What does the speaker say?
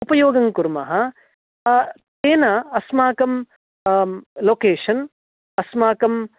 उपयोगं कुर्मः तेन अस्माकं लोकेषन् अस्माकं